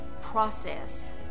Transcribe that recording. process